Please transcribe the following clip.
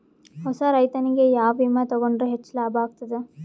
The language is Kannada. ಹೊಸಾ ರೈತನಿಗೆ ಯಾವ ವಿಮಾ ತೊಗೊಂಡರ ಹೆಚ್ಚು ಲಾಭ ಆಗತದ?